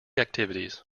activities